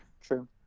True